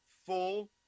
full